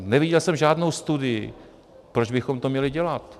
Neviděl jsem žádnou studii, proč bychom to měli dělat.